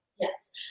yes